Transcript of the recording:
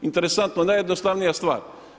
Interesantno najjednostavnija stvar.